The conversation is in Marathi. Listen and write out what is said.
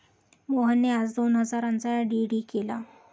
मोहनने आज दोन हजारांचा डी.डी केला